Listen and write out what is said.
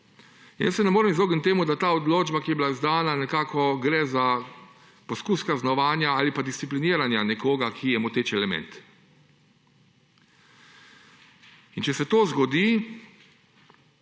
Jaz se ne morem izogniti temu, da gre pri tej odločbi, ki je bila izdana, za poskus kaznovanja ali pa discipliniranja nekoga, ki je moteč element. In če se to zgodi,